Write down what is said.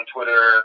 Twitter